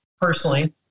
personally